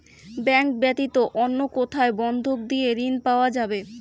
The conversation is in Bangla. ব্যাংক ব্যাতীত অন্য কোথায় বন্ধক দিয়ে ঋন পাওয়া যাবে?